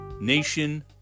nation